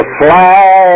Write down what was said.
fly